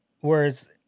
whereas